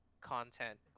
content